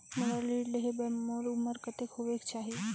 मोला ऋण लेहे बार मोर उमर कतेक होवेक चाही?